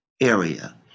area